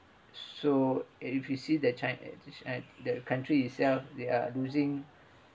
so if you see that chi~ chi~ the country itself they are losing